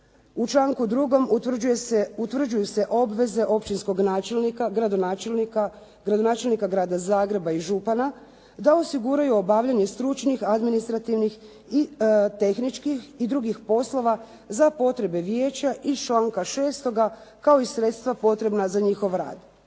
U članku 2. utvrđuju se obveze općinskog načelnika, gradonačelnika, gradonačelnika Grada Zagreba i župana da osiguraju obavljanje stručnih, administrativnih i tehničkih i drugih poslova za potrebe vijeća iz članka 6. kao i sredstva potrebna za njihov rad.